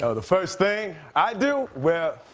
so the first thing i do well,